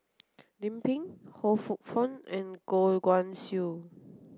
Lim Pin Ho Poh Fun and Goh Guan Siew